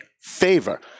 favor